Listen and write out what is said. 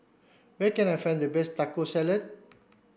where can I find the best Taco Salad